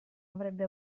avrebbe